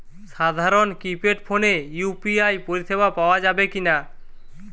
সাধারণ কিপেড ফোনে ইউ.পি.আই পরিসেবা পাওয়া যাবে কিনা?